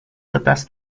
kertas